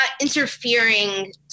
interfering